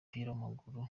w’umupira